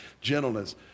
gentleness